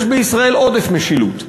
יש בישראל עודף משילות.